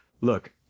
look